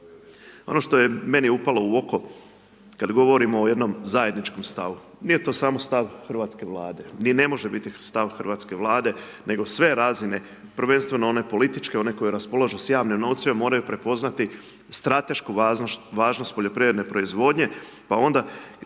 Ono što je meni upalo u oko, kada govorimo jednom zajedničkom stavu, nije to samo stav hrvatske vlade i ne može biti stav hrvatske vlade, nego sve razine, prvenstveno one političke, oni koji raspolažu s javnim novcem, moraju prepoznati stratešku važnost poljoprivredne proizvodnje. Pa onda,